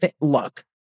look